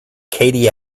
katie